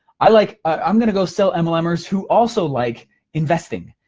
i like, i'm gonna go sell mlmers who also like investing.